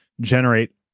generate